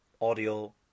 audio